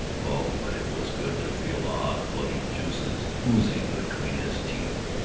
oh, but it was good to feel the hot, bloody juices oozing between his teeth!